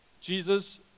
Jesus